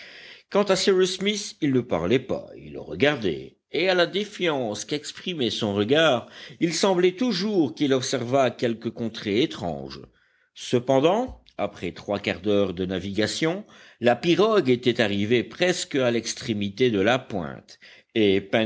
smith il ne parlait pas il regardait et à la défiance qu'exprimait son regard il semblait toujours qu'il observât quelque contrée étrange cependant après trois quarts d'heure de navigation la pirogue était arrivée presque à l'extrémité de la pointe et